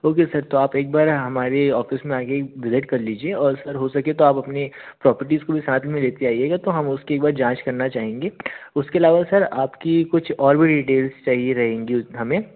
okay sir तो आप एक बार हमारे ऑफ़िस आकर एक विज़िट कल लीजिए और सर हो सके तो आप अपने प्रॉपर्टीज़ को भी साथ में लेते आइएगा तो हम उसकी एक बार जाँच करना चाहेंगे उसके अलावा सर आपकी कुछ और भी डिटेल्स चाहिए रहेंगी वह हमें